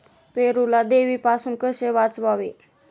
पेरूला देवीपासून कसे वाचवावे?